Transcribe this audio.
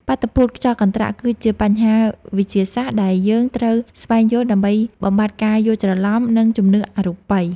បាតុភូតខ្យល់កន្ត្រាក់ គឺជាបញ្ហាវិទ្យាសាស្ត្រដែលយើងត្រូវស្វែងយល់ដើម្បីបំបាត់ការយល់ច្រឡំ និងជំនឿអរូបី។